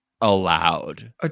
allowed